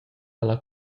alla